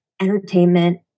entertainment